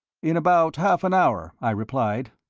in about half an hour, i replied.